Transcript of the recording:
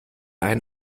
ein